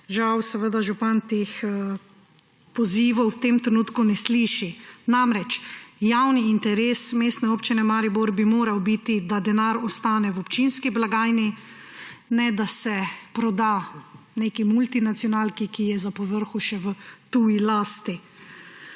Žal seveda župan teh pozivov v tem trenutku ne sliši. Namreč javni interes Mestne občine Maribor bi moral biti, da denar ostane v občinski blagajni, ne da se proda neki multinacionalki, ki je za povrhu še v tuji lasti.